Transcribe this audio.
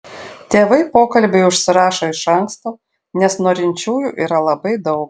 tėvai pokalbiui užsirašo iš anksto nes norinčiųjų yra labai daug